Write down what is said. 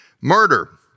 Murder